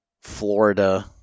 Florida